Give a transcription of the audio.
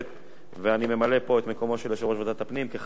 ואני ממלא פה את מקומו של יושב-ראש ועדת הפנים כחבר בוועדת הפנים.